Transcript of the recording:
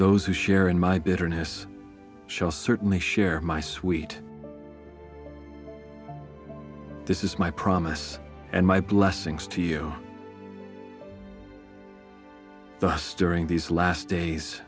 those who share in my bitterness shall certainly share my sweet this is my promise and my blessings to you thus during these last days